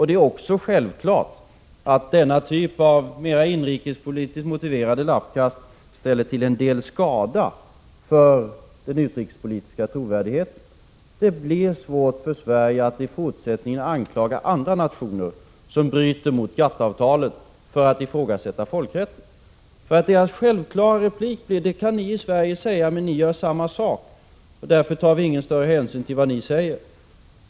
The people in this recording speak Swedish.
Det är också självklart att denna typ av mera inrikespolitiskt motiverade lappkast ställer till en del skada för den utrikespolitiska trovärdigheten. Det blir svårt för Sverige att i fortsättningen anklaga andra nationer som bryter mot GATT avtalet för att ifrågasätta folkrätten. Deras självklara replik blir: Det kan ni i Sverige säga, men ni gör samma sak, och därför tar vi ingen större hänsyn till vad ni säger.